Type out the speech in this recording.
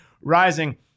rising